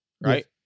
Right